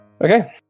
Okay